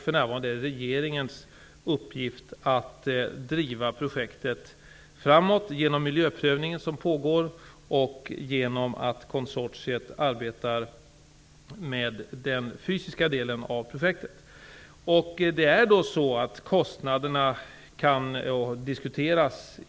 För närvarande är det regeringens uppgift att driva projektet framåt genom den miljöprövning som pågår och genom att konsortiet arbetar med den fysiska delen av projektet. Kostnaderna kan diskuteras.